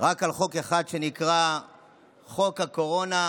רק על חוק אחד, שנקרא "חוק הקורונה",